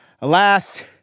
Alas